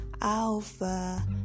Alpha